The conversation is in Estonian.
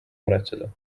muretseda